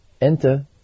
enter